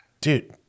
dude